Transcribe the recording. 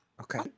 Okay